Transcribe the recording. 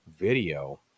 video